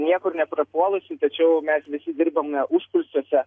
niekur neprapuolusi tačiau mes visi dirbame užkulisiuose